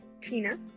Tina